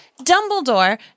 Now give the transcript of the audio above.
Dumbledore